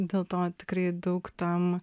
dėl to tikrai daug tam